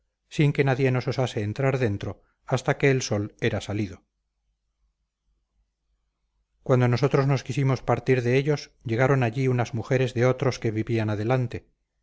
sin que nadie nos osase entrar dentro hasta que el sol era salido cuando nosotros nos quisimos partir de ellos llegaron allí unas mujeres de otros que vivían adelante